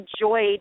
enjoyed